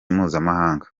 mpuzamahanga